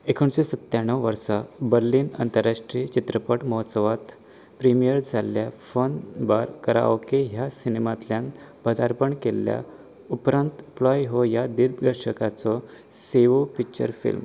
एकुणशें सत्याण्णव वर्सा बर्लिन आंतरराष्ट्रीय चित्रपट महोत्सवांत प्रीमियर जाल्ल्या फन बार कराओके ह्या सिनेमांतल्यान पदार्पण केल्या उपरांत प्लॉय हो ह्या दिग्दर्शकाचो सवो फिचर फिल्म